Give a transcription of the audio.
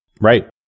Right